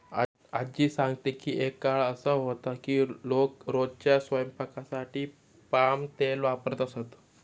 आज्जी सांगते की एक काळ असा होता की लोक रोजच्या स्वयंपाकासाठी पाम तेल वापरत असत